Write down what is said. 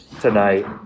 tonight